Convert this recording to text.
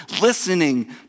listening